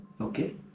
Okay